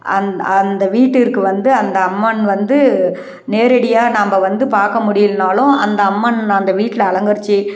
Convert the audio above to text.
அந் அந்த வீட்டிற்கு வந்து அந்த அம்மன் வந்து நேரடியாக நம்ப வந்து பார்க்க முடியிலைனாலும் அந்த அம்மன் அந்த வீட்டில் அலங்கரிச்சு